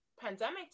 pandemic